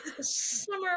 Summer